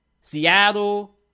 Seattle